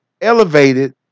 elevated